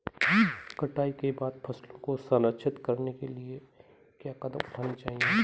कटाई के बाद फसलों को संरक्षित करने के लिए क्या कदम उठाने चाहिए?